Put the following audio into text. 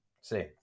See